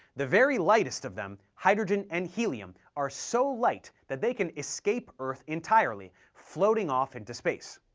the very lightest of them, hydrogen and helium, are so light that they can escape earth entirely, floating off into space.